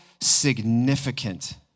significant